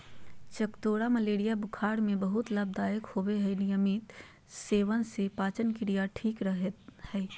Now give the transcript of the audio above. चकोतरा मलेरिया बुखार में बहुत लाभदायक होवय हई नियमित सेवन से पाचनक्रिया ठीक रहय हई